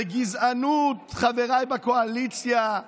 וגזענות, חבריי בקואליציה,